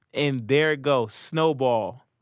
and there it go snowball.